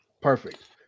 Perfect